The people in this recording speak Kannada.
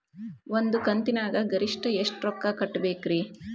ಒಂದ್ ಕಂತಿನ್ಯಾಗ ಗರಿಷ್ಠ ಎಷ್ಟ ರೊಕ್ಕ ಕಟ್ಟಬೇಕ್ರಿ?